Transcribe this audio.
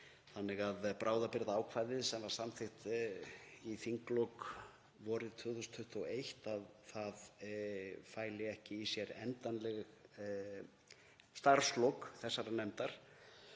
þannig að bráðabirgðaákvæðið sem var samþykkt í þinglok vorið 2021 fæli ekki í sér endanleg starfslok þessarar nefndar.